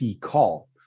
call